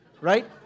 right